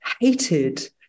hated